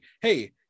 hey